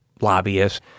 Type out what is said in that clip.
lobbyists